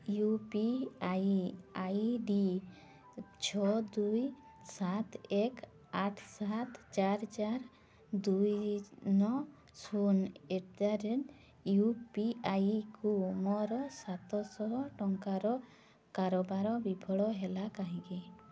you P I ID ଛଅ ଦୁଇ ସାତ ଏକ ଆଠ ସାତ ଚାରି ଚାରି ଦୁଇ ନଅ ଶୂନ ଏଟ୍ ଦ ରେଟ୍ ୟୁପିଆଇକୁ ମୋର ସାତଶହ ଟଙ୍କାର କାରବାର ବିଫଳ ହେଲା କାହିଁକି